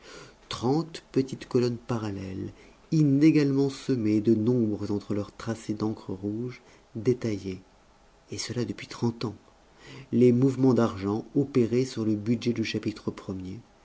trente petites colonnes parallèles inégalement semées de nombres entre leurs tracés d'encre rouge détaillaient et cela depuis trente ans les mouvements d'argent opérés sur le budget du chapitre